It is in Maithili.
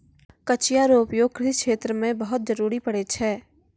कचिया रो उपयोग कृषि क्षेत्र मे बहुत जरुरी पड़ै छै